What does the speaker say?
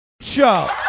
show